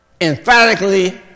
emphatically